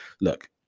look